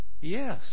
Yes